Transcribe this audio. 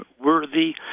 worthy